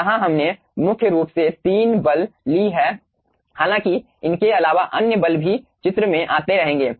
यहाँ हमने मुख्य रूप से 3 बल ली हैं हालाँकि इनके अलावा अन्य बल भी चित्र में आते रहेंगे